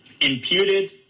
imputed